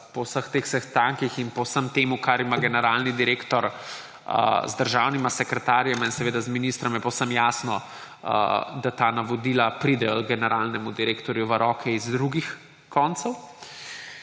po vseh teh sestankih in po vsem tem, kar ima generalni direktor z državnima sekretarjema in seveda z ministrom, je povsem jasno, da ta navodila pridejo h generalnemu direktorju v roke iz drugih koncev.